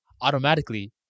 automatically